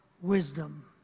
wisdom